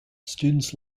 students